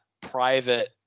private